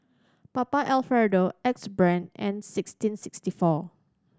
Papa Alfredo Axe Brand and sixteen sixty four